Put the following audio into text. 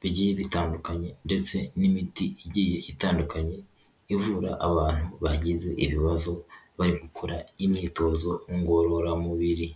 bigiye bitandukanye ndetse n'imiti igiye itandukanye, ivura abantu bagize ibibazo bari gukora imyitozo ngororamubiri.